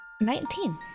Nineteen